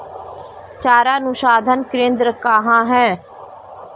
चारा अनुसंधान केंद्र कहाँ है?